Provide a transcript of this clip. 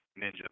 Ninja